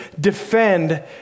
defend